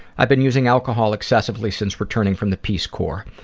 i've been using alcohol excessively since returning from the peace corp.